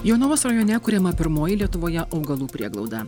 jonavos rajone kuriama pirmoji lietuvoje augalų prieglauda